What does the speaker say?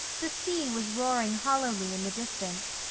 the sea was roaring hollowly in the distance,